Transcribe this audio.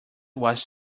was